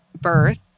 birth